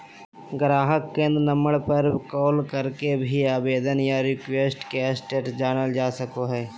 गाहक केंद्र नम्बर पर कॉल करके भी आवेदन या रिक्वेस्ट के स्टेटस जानल जा सको हय